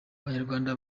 abanyarwanda